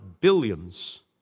billions